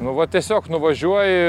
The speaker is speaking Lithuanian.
nu vat tiesiog nuvažiuoji